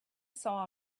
saw